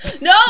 no